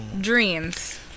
dreams